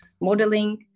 modeling